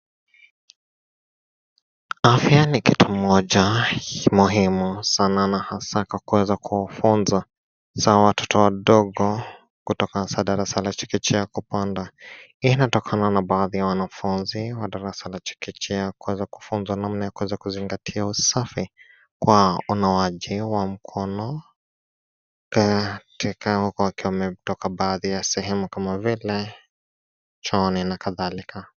Afya ni kitu moja muhimu sana na hasaa kwa kuweza kufunza hasaa watoto wadogo kutoka hasaa darasa la chekechea kupanda. Hii inatokana na baadhi ya wanafunzi wa darasa la chekechea kuweza kufunzwa namna ya kuweza kuzingatia usafi kwa unawaji wa mkono wakiwa wametoka baadhi ya sehemu kama vile chooni na kadhalika.